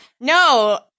No